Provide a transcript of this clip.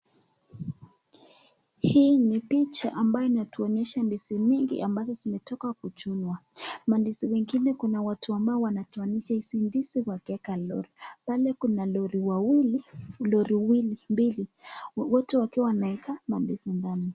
Hii ni picha ambayo inatuonyesha ndizi mingi ambazo zimetoka kuchunwa. Mandizi mengine kuna watu ambao wanatoanisha hizi ndizi wakieka lori. Pale kuna lori mbili, watu wakiwa wanaeka mandizi ndani.